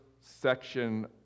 section